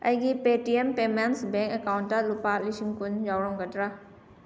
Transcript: ꯑꯩꯒꯤ Paytm payments bank ꯑꯦꯀꯥꯎꯟꯗ ꯂꯨꯄꯥ ꯂꯤꯁꯤꯡ ꯀꯨꯟ ꯌꯥꯎꯔꯝꯒꯗ꯭ꯔꯥ